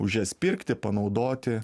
už jas pirkti panaudoti